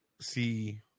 see